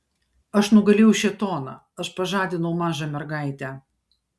aš nugalėjau šėtoną aš pažadinau mažą mergaitę